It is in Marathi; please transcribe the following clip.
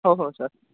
हो हो सर